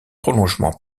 prolongement